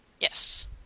Yes